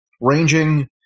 ranging